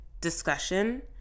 discussion